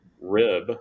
rib